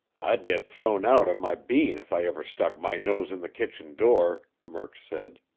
i'd get thrown out on my bean if i ever stuck my nose in the kitchen door, murk said.